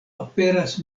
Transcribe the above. aperas